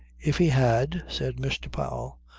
if he had, said mr. powell,